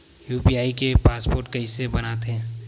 UPI के password कइसे बनाथे?